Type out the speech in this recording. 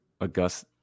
August